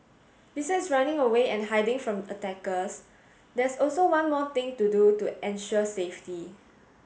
besides running away and hiding from attackers there's also one more thing to do to ensure safety